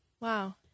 Wow